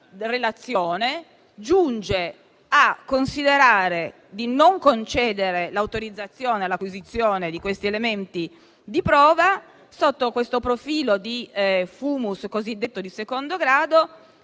relazione giunge a considerare di non concedere l'autorizzazione all'acquisizione di questi elementi di prova sotto il profilo del *fumus* cosiddetto di secondo grado: